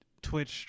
Twitch